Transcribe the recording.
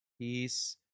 peace